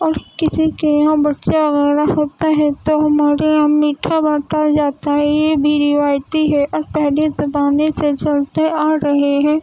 اور کسی کے یہاں بچہ وغیرہ ہوتا ہے تو ہمارے یہاں میٹھا بانٹا جاتا ہے یہ بھی روایتی ہے اور پہلے زمانے سے چلتے آ رہے ہیں